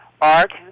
art